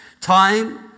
Time